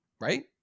Right